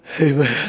Amen